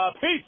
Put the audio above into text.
peace